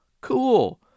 cool